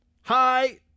Hi